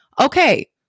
Okay